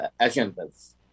agendas